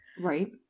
Right